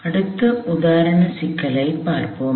அடுத்த உதாரண சிக்கலைப் பார்ப்போம்